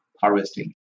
harvesting